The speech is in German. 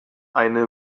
eine